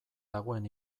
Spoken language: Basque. dagoen